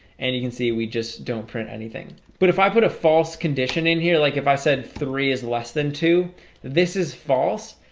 and you can see we just don't print but if i put a false condition in here, like if i said three is less than two this is false.